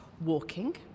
walking